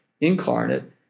incarnate